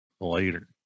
Later